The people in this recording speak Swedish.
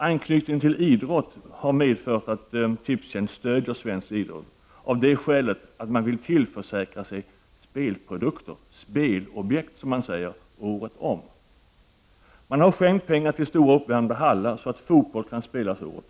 Anknytningen till idrott har medfört att Tipstjänst stöder svensk idrott, av det skälet att man vill tillförsäkra sig spelprodukter, ”spelobjekt”, som man säger, året om. Man har skänkt pengar till stora uppvärmda hallar så att fotboll kan spelas året om.